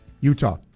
Utah